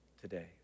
today